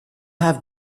have